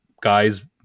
guys